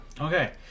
Okay